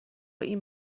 این